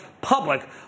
public